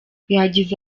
yagize